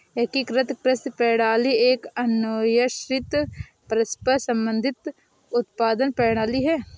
एकीकृत कृषि प्रणाली एक अन्योन्याश्रित, परस्पर संबंधित उत्पादन प्रणाली है